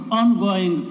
ongoing